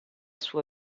sua